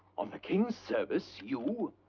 on the king's service, you!